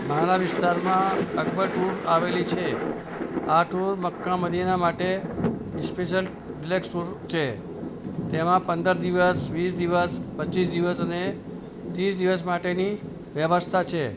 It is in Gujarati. મારા વિસ્તારમાં અકબર ટુર આવેલી છે આ ટુર મક્કા મદીના માટે સ્પેશિયલ ડિલક્સ ટુર છે તેમાં પંદર દિવસ વીસ દિવસ પચીસ દિવસ અને ત્રીસ દિવસ માટેની વ્યવસ્થા છે